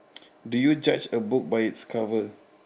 do you judge a book by it's cover